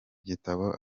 gitabo